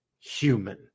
human